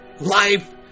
life